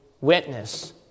witness